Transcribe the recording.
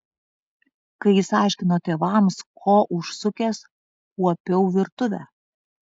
kai jis aiškino tėvams ko užsukęs kuopiau virtuvę